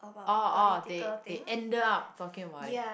oh oh they they ended up talking about it